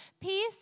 Peace